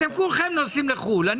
אתם כולכם נוסעים לחוץ לארץ.